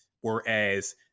whereas